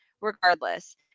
regardless